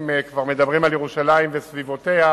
אם כבר מדברים על ירושלים וסביבותיה,